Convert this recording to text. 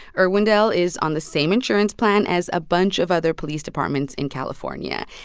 irwindale is on the same insurance plan as a bunch of other police departments in california.